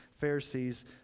Pharisees